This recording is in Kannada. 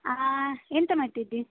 ಎಂತ ಮಾಡ್ತಿದ್ದಿ